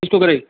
किसको कराई